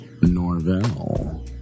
Norvell